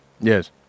Yes